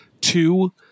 Two